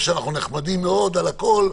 תנסו למצוא הכול הכול.